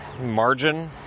margin